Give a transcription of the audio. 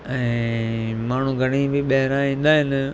ऐं माण्हू घणेई बि ॿाहिरां ईंदा आहिनि